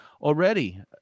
already